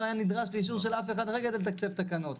היה נדרש לאישור של אף אחד כדי לתקצב תקנות.